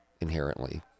inherently